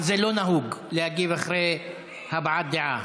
אבל זה לא נהוג להגיב אחרי הבעת דעה.